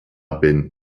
bin